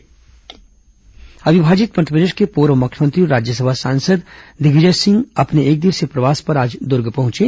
दिग्विजय सिंह प्रवास अविभाजित मध्यप्रदेश के पूर्व मुख्यमंत्री और राज्यसभा सांसद दिग्विजय सिंह अपने एकदिवसीय प्रवास पर आज दर्ग पहंचे